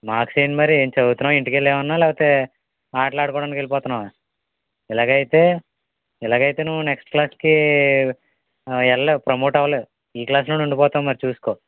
marks ఏంటి మరి ఏంటి చదువుతున్నావా ఇంటికెళ్ళి ఏమన్నా లేపోతే ఆటలాడుకోడానికి వెళ్లిపోతున్నావా ఇలాగైతే ఇలాగైతే నువ్వు నెక్స్ట్ క్లాసుకి వెళ్ళలేవు ప్రమోట్ అవ్వలేవు ఈ క్లాసులోనే ఉండిపోతావు మరి చూసుకో